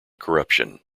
corruption